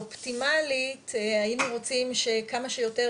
אופטימלית היינו רוצים שכמה שיותר